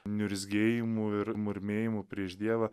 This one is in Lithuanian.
niurzgėjimų ir murmėjimų prieš dievą